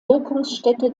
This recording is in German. wirkungsstätte